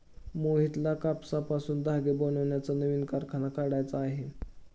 मोहितला कापसापासून धागे बनवण्याचा नवीन कारखाना काढायचा आहे